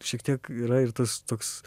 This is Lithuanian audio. šiek tiek yra ir tas toks